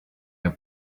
your